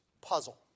puzzle